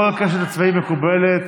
כל קשת הצבעים מקובלת.